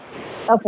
Okay